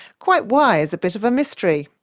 quite why is a bit of a mystery.